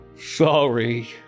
Sorry